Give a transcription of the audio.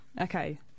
Okay